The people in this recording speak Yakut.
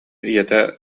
ийэтэ